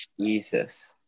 jesus